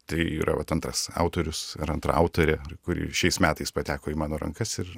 tai yra vat antras autorius ar antra autorė kuri šiais metais pateko į mano rankas ir